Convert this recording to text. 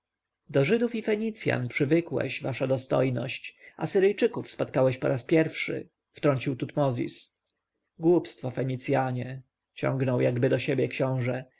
do żydów i fenicjan przywykłeś wasza dostojność zaś asyryjczyków spotkałeś po raz pierwszy wtrącił tutmozis głupstwo fenicjanie ciągnął jakby do siebie książę